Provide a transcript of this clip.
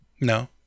No